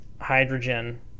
hydrogen